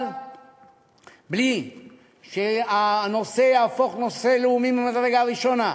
אבל בלי שהנושא יהפוך נושא לאומי ממדרגה ראשונה,